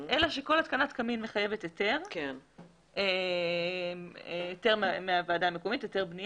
אלא שכל התקנת קמין מחייבת היתר בנייה מהוועדה המקומית,